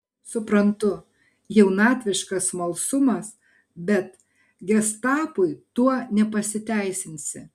suprantu jaunatviškas smalsumas bet gestapui tuo nepasiteisinsi